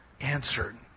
answered